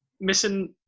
missing